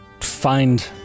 Find